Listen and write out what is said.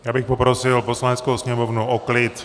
Já bych poprosil Poslaneckou sněmovnu o klid.